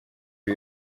ibi